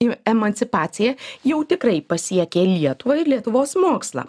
ir emancipacija jau tikrai pasiekė lietuvą ir lietuvos mokslą